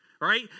right